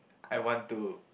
I want to